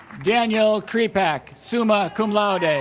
daniel kripak summa cum laude